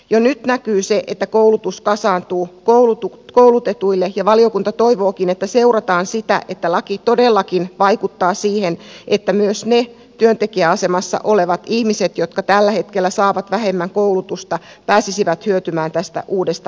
jo nyt näkyy se että koulutus kasaantuu koulutetuille ja valiokunta toivookin että seurataan sitä että laki todellakin vaikuttaa siihen että myös ne työntekijäasemassa olevat ihmiset jotka tällä hetkellä saavat vähemmän koulutusta pääsisivät hyötymään tästä uudesta laista